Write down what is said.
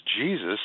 Jesus